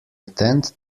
tend